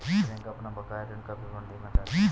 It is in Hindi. प्रियंका अपना बकाया ऋण का विवरण देखना चाहती है